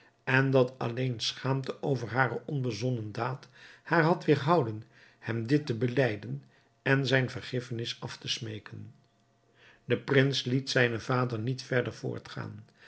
en dat alleen schaamte over hare onbezonnen daad haar had weêrhouden hem dit te belijden en zijne vergiffenis af te smeeken de prins liet zijnen vader niet verder voortgaan